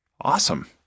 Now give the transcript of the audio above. Awesome